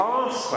ask